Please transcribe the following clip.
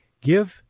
Give